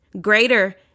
Greater